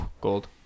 Gold